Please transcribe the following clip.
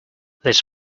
this